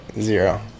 zero